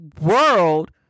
world